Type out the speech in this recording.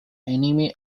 enemy